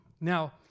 Now